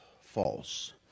false